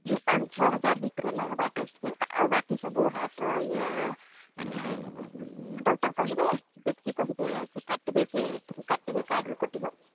ଏଇ ପାଞ୍ଚ ଛଅ ହଜାର ଭିତରେ ଲାଗିବ ଟେଷ୍ଟ ଫେଷ୍ଟ ଆଉ ବାକି ସବୁ ହାର୍ଟର ଇଏ ଡକ୍ଟର କହିବେ ଯେତିକି କହିବେ ସେ କାଟିଦେବେ ସେ ସେଥିରୁ କାଟିଦେବେ କାର୍ଡରୁ କଟିବ